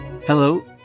Hello